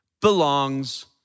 belongs